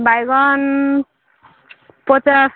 ବାଇଗଣ ପଚାଶ